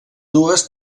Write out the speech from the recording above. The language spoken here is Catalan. dues